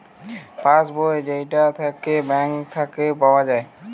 pass বই যেইটা থাকে ব্যাঙ্ক থাকে পাওয়া